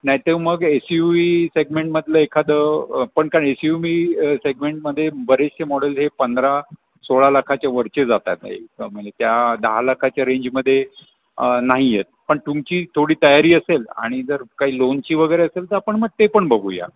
नाहीतर मग S U V सेगमेंटमधलं एखादं पण कारण एसयूमी सेगमेंटमध्ये बरेचशे मॉडेल्स हे पंधरा सोळा लाखाच्या वरचे जातात म्हणजे म्हणजे त्या दहा लाखाच्या रेंजमध्ये नाही आहेत पण तुमची थोडी तयारी असेल आणि जर काही लोनची वगैरे असेल तर आपण मग ते पण बघूया